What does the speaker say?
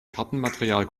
kartenmaterial